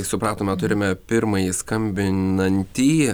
supratome turime pirmąjį skambinantįjį